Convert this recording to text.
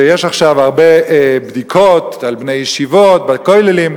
יש עכשיו הרבה בדיקות על בני ישיבות ועל כוללים.